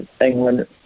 England